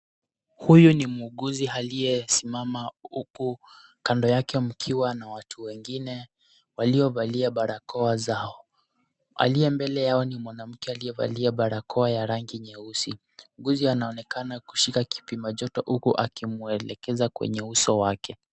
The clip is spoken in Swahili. Huyu ni muuguzi aliyesimama huku kando yake mkiwa na wengine waliovalia barakoa zao. Aliye mbele yao ni mwanamke aliyevalia barakoa ya rangi nyeusi. Muuguzi anaonekana kushika kipima joto huku akimwelekeza kwenye uso wake.